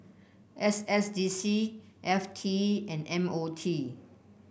S S D C F T and M O T